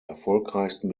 erfolgreichsten